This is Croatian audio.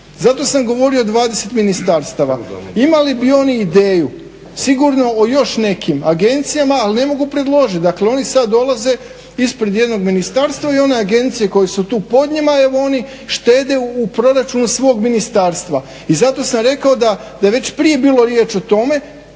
zato sam govorio dvadeset ministarstava. Imali bi oni ideju sigurno o još nekim agencijama ali ne mogu predložiti, dakle oni sad dolaze ispred jednog ministarstva i one agencije koje su tu pod njima, evo oni štede u proračunu svog ministarstva. I zato sam rekao da je već prije bilo riječ o tome